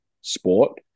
sport